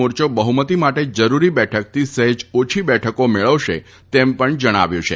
મોરચો બફમતી માટે જરૂરી બેઠકથી સહેજ ઓછી બેઠકો મેળવશે તેમ પણ જણાવ્યું છે